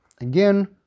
Again